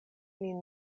nin